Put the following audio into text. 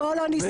בוא לא ניסחף.